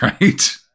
right